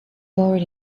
already